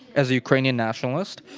as a ukrainian nationalist.